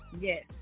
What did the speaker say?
yes